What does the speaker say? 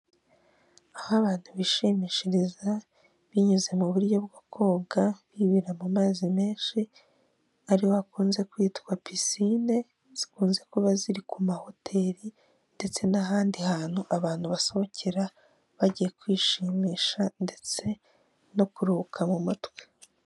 Aho abantu bishimishiriza binyuze mu buryo bwo koga bibira mu mazi menshi, ariho bakunze kwita kuri picine, zikunze kuba ziri ku mahoteli ndetse n’ahandi hantu abantu basohokera bagiye kwishimisha, ndetse no kuruhuka mu mutwe.